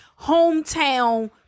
hometown